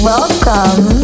Welcome